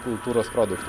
kultūros produktu